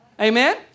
Amen